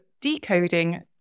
decoding